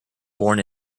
born